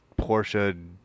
Porsche